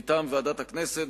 מטעם ועדת הכנסת,